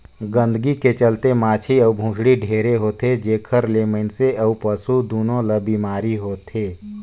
गंदगी के चलते माछी अउ भुसड़ी ढेरे होथे, जेखर ले मइनसे अउ पसु दूनों ल बेमारी होथे